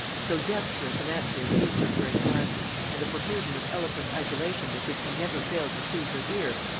so dexterous an answer appeased her for a time and the profusion of eloquent adulation with which he never failed to soothe her ear,